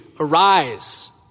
Arise